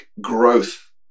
growth